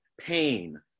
pain